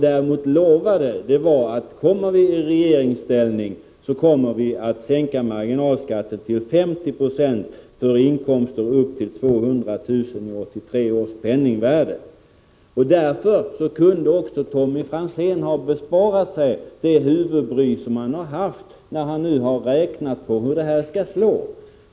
Däremot lovade han att kommer vi i regeringsställning skall vi sänka marginalskatten till 50 90 för inkomster upp till 200 000 i 1983 års penningvärde. Tommy Franzén kunde ha besparat sig det huvudbry som han har haft när han har räknat på hur detta kommer att utfalla.